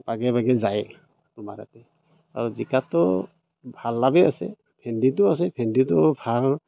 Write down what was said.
আগে ভাগে যায় তোমাৰ তাতে আৰু জিকাততো ভাল লাভেই আছে ভেন্দিতো আছে ভেন্দিতো ভাল